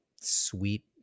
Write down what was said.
sweet